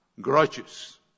grudges